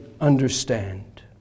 understand